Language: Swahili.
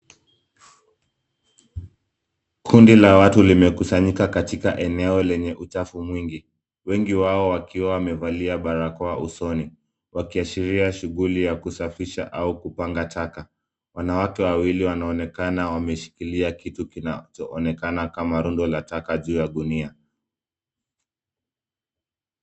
Kundi la watu limekusanyika katika eneo lenye uchafu mwingi. Wengi wao wakiwa wamevalia barakoa usoni, wakiashiria shughuli ya kusafisha au kupanga taka. Wanawake wawili wanaonekana wameshikilia kitu, kinachoonekana kama rundo la taka juu ya gunia.